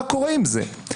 מה קורה עם זה?